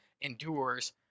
endures